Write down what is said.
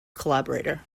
collaborator